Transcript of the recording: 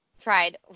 tried